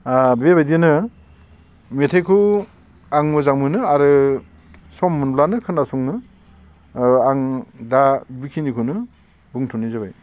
ओ बेबायदिनो मेथाइखौ आं मोजां मोनो आरो सम मोनब्लानो खोनासङो ओ आं दा बेखिनिखोनो बुंथ'नाय जाबाय